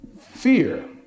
Fear